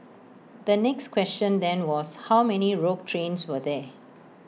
the next question then was how many rogue trains were there